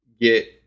get